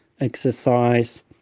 exercise